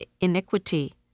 iniquity